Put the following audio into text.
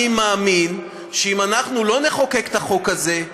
מאמין שאם אנחנו לא נחוקק את החוק הזה,